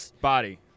body